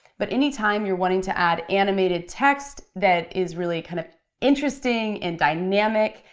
but any time you're wanting to add animated text that is really kind of interesting and dynamic,